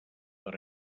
per